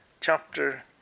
chapter